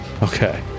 Okay